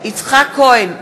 יצחק כהן,